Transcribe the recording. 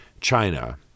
China